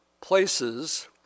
places